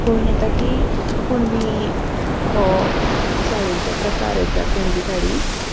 कळून येता की कुणबी हो साडयेचो प्रकार आसा कुणबी साडी